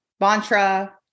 mantra